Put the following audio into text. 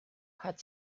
hat